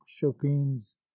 chopin's